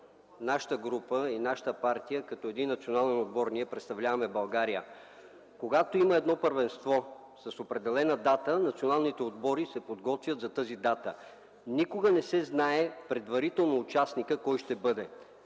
нашата група и нашата партия като един национален отбор, ние представляваме България. Когато има първенство с определена дата, националните отбори се подготвят за тази дата. Никога не се знае предварително кой ще бъде